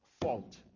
fault